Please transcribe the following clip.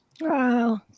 Wow